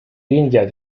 weniger